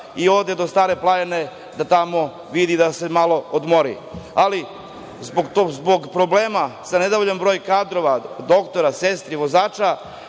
i ode do Stare planine da tamo vidi, da se malo odmori. Ali, zbog problema sa nedovoljnim brojem kadrova, doktora, sestri, vozača